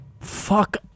Fuck